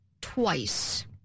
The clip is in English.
twice